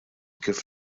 kif